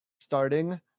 starting